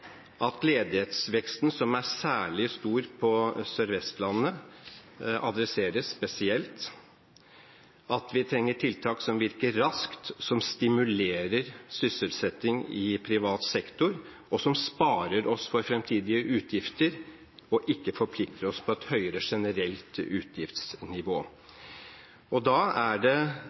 at ledighetsveksten, som er særlig stor på Sør-Vestlandet, adresseres spesielt. Vi trenger tiltak som virker raskt, som stimulerer sysselsetting i privat sektor, som sparer oss for fremtidige utgifter, og som ikke forplikter oss på et høyere generelt utgiftsnivå. Da er det